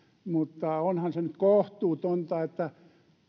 mutta onhan se nyt kohtuutonta että